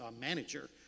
manager